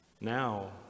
now